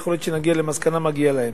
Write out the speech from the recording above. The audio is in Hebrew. יכול להיות שנגיע למסקנה שמגיע לו.